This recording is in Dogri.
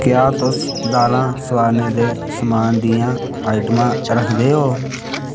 क्या तुस दालां सवरनें दे समान दियां आइटमां रखदे ओ